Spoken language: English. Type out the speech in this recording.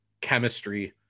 chemistry